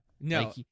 No